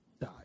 die